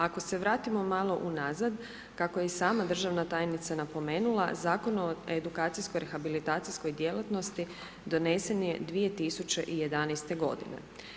Ako se vratimo malo unazad kako je i sama državna tajnica napomenula Zakon o edukacijsko rehabilitacijskoj djelatnosti donesen je 2011. godine.